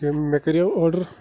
مےٚ کَرییو آرڈَر